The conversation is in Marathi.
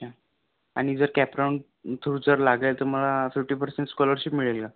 अच्छा आणि जर कॅपराउंड थ्रू जर लागेल तर मला फिफ्टी पर्सेंट स्कॉलरशिप मिळेल का